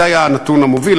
וזה היה הנתון המוביל,